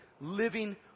Living